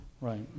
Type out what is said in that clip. Right